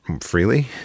freely